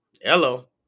Hello